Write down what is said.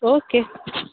ओ के